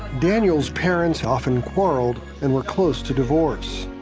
daniel's parents often quarreled and were close to divorce.